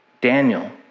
Daniel